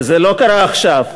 וזה לא קרה עכשיו,